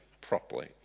properly